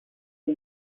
the